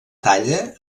talla